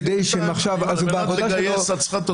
כדי שהם יעזבו את העבודה שלהם.